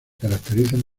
caracterizan